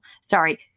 Sorry